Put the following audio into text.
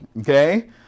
okay